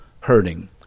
hurting